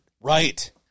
Right